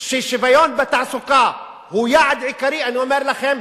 ששוויון בתעסוקה הוא יעד עיקרי, אני אומר לכם,